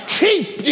keep